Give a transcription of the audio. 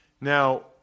Now